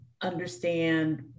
understand